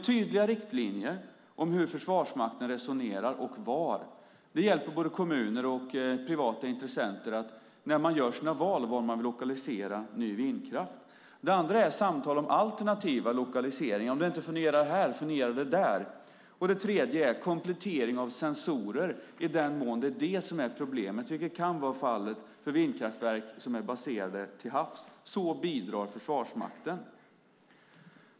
Tydliga riktlinjer om hur Försvarsmakten resonerar och om var hjälper både kommuner och privata intressenter när de gör sina val av var man vill lokalisera ny vindkraft. Det andra är samtal om alternativa lokaliseringar. Om det inte fungerar här, fungerar det där? Det tredje är komplettering av sensorer, i den mån det är problemet, vilket kan vara fallet för vindkraftverk som är baserade till havs. Så bidrar Försvarsmakten.